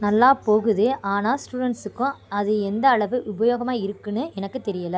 நல்லா போகுது ஆனால் ஸ்டூடண்ட்ஸுக்கும் அது எந்த அளவு உபயோகமாக இருக்குதுனு எனக்கு தெரியலை